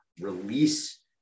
release